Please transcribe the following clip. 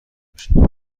باشین